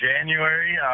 January